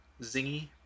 zingy